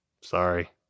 Sorry